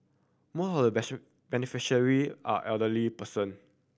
most the beneficiary are elderly person